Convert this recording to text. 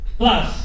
plus